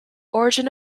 origin